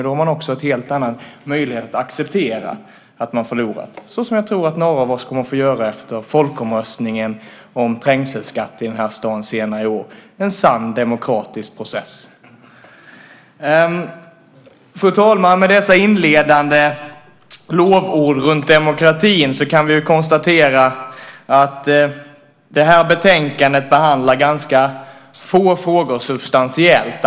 Då har man också en helt annan möjlighet att acceptera att man har förlorat - som en del kommer att få göra efter folkomröstningen om trängselskatt i den här staden senare i år. Det blir en sann demokratisk process. Fru talman! Efter dessa inledande lovord över demokratin vill jag konstatera att det här betänkandet behandlar ganska få frågor substantiellt.